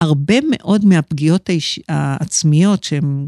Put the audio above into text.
הרבה מאוד מהפגיעות העצמיות שהן...